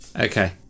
Okay